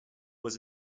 was